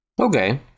Okay